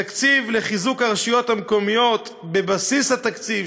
תקציב לחיזוק הרשויות המקומיות בבסיס התקציב,